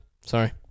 Sorry